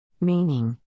Meaning